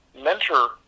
mentor